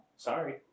Sorry